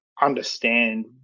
understand